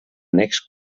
annex